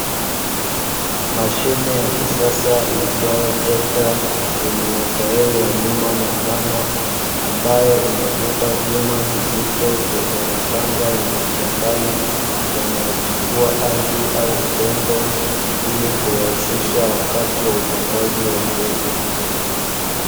Mashine ya kisasa iitwayo trekta yenye matairi ya nyuma mapana, ambayo inavuta vyuma vizito vyenye mapangaa yenye ncha kali yanalotifua ardhi au udongo ili kurahisisha upandaji wa mbegu.